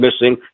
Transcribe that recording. missing